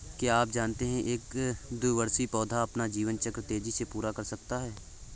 क्या आप जानते है एक द्विवार्षिक पौधा अपना जीवन चक्र तेजी से पूरा कर सकता है?